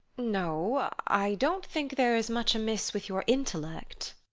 no, i don't think there is much amiss with your intellect.